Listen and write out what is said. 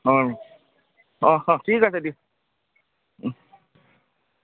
অঁ অঁ অঁ ঠিক আছে দিয়ক